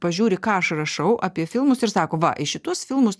pažiūri ką aš rašau apie filmus ir sako va į šitus filmus